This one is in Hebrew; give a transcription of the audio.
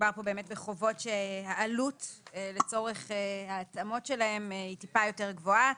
מדובר כאן באמת בחובות שהעלות לצורך ההתאמות שלהם היא מעט יותר גבוהה.